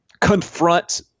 confront